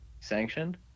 sanctioned